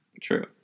True